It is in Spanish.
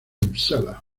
upsala